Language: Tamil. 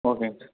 ஓகேங்க சார்